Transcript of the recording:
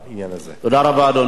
תודה רבה, אדוני.